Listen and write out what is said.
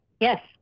Yes